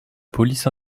police